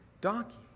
donkey